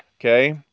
Okay